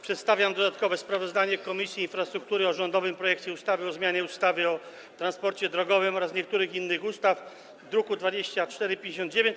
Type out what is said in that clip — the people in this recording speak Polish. Przedstawiam dodatkowe sprawozdanie Komisji Infrastruktury o rządowym projekcie ustawy o zmianie ustawy o transporcie drogowym oraz niektórych innych ustaw, druk nr 2459.